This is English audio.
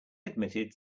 admitted